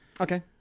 Okay